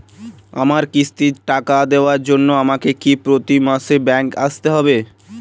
আমার কিস্তির টাকা দেওয়ার জন্য আমাকে কি প্রতি মাসে ব্যাংক আসতে হব?